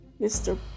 Mr